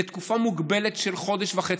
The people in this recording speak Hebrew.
לתקופה מוגבלת של חודש וחצי,